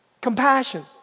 Compassion